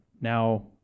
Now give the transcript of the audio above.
now